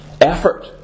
effort